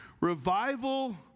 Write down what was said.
revival